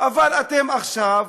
אבל אתם עכשיו,